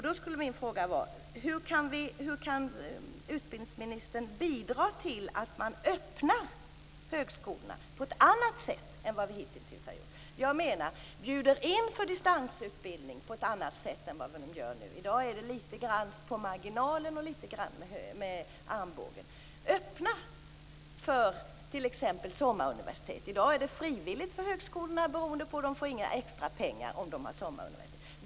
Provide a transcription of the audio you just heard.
Därför undrar jag: Hur kan utbildningsministern bidra till att man öppnar högskolorna på ett annat sätt än man hittills har gjort? Man kan t.ex. bjuda in till distansutbildning på ett annat sätt än man gör nu. I dag är det litet grand på marginalen och litet grand med armbågen. Man kan t.ex. öppna för sommaruniversitet. I dag är det frivilligt för högskolorna, och de får inga extra pengar om de har sommaruniversitet.